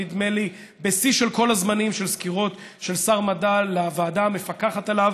נדמה לי שזה שיא של כל הזמנים בסקירות של שר מדע לוועדה המפקחת עליו,